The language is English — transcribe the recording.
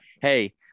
hey